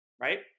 right